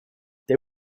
they